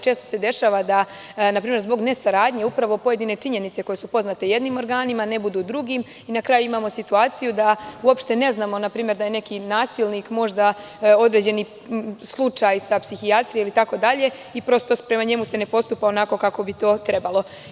Često se dešava da, na primer, zbog nesaradnje upravo pojedine činjenice koje su poznate jednim organima, ne budu drugim i na kraju imamo situaciju da uopšte ne znamo da je neki nasilnik, možda određeni slučaj sa psihijatrije itd. i prema njemu se ne postupa onako kako bi to trebalo.